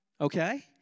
Okay